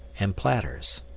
and platters.